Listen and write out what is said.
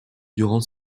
durant